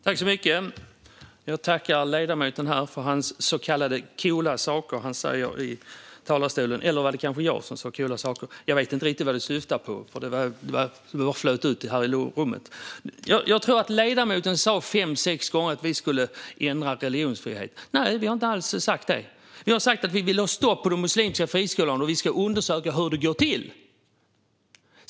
Fru talman! Jag tackar ledamoten för hans så kallade coola saker som han säger i talarstolen. Eller var det kanske jag som sa coola saker? Jag vet inte riktigt vad det syftade på; det bara flöt ut här i rummet. Jag tror att ledamoten sa fem eller sex gånger att vi skulle ändra religionsfriheten. Nej, vi har inte alls sagt det. Vi har sagt att vi vill ha stopp på de muslimska friskolorna och att vi ska undersöka hur det går till.